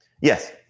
Yes